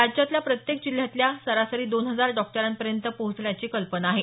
राज्यातल्या प्रत्येक जिल्ह्यातल्या सरासरी दोन हजार डॉक्टरांपर्यंत पोहोचण्याची कल्पना आहे